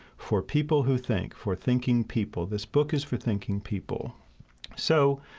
for people who think for thinking people this book is for thinking people so,